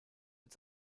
mit